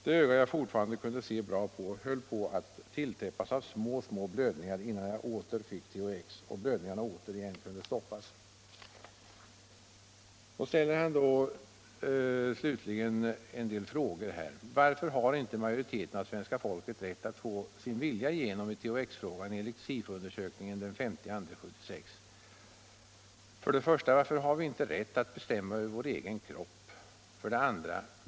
Det öga jag fortfarande kunde se bra på höll på att tilltäppas av små, små blödningar innan jag åter fick THX och blödningarna åter igen kunde stoppas.” I slutet av brevet frågar brevskrivaren: ”Varför har inte majoriteten av svenska folket rätt att få sin vilja igenom i THX-frågan enligt SIFO undersökningen den 5/2 1976?” Sedan följer ytterligare åtta frågor: "1. Varför har vi inte rätt att bestämma över vår egen kropp? 2.